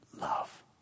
love